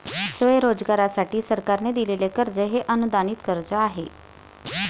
स्वयंरोजगारासाठी सरकारने दिलेले कर्ज हे अनुदानित कर्ज आहे